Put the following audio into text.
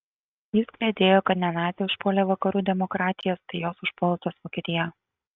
jis kliedėjo kad ne naciai užpuolė vakarų demokratijas tai jos užpuolusios vokietiją